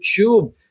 youtube